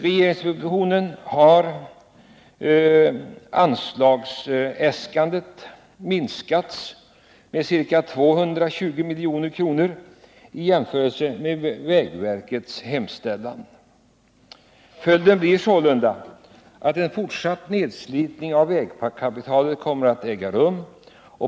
Det anslag som föreslås i propositionen är ca 220 milj.kr. lägre än vad vägverket har äskat. Följden blir sålunda att en fortsatt nedslitning av vägarna kommer att äga rum.